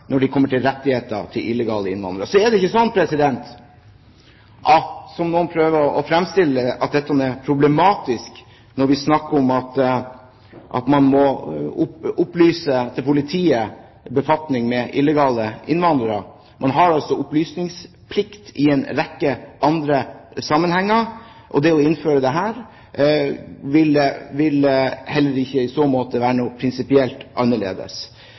når det kommer til rettigheter for illegale innvandrere. Så er det ikke slik som noen prøver å fremstille det, at det er problematisk at man må opplyse til politiet befatning med illegale innvandrere. Man har altså opplysningsplikt i en rekke andre sammenhenger, og det å innføre dette her vil heller ikke i så måte være noe prinsipielt annerledes.